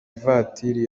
ivatiri